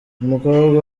umukobwa